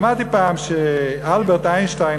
שמעתי פעם שאלברט איינשטיין,